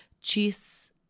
cheese